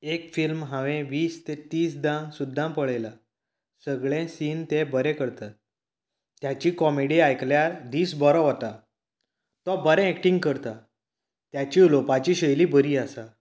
एक फिल्म हांवें वीस तें तिसदां सुद्दां पळयलां सगळे सीन ते बरें करतात ताची कॉमेडी आयकल्यार दीस बरो वता तो बरें एक्टींग करता ताची उलोवपाची शैली बरी आसा